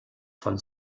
von